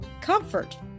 comfort